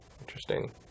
Interesting